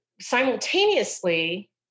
Simultaneously